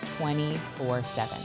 24-7